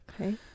okay